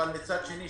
אבל מצד שני,